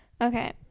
Okay